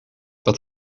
dat